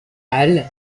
hall